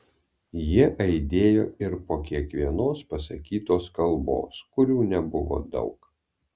jie aidėjo ir po kiekvienos pasakytos kalbos kurių nebuvo daug